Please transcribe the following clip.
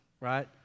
right